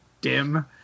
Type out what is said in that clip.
dim